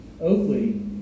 Oakley